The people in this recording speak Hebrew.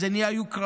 אז זה נהיה יוקרתי,